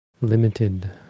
limited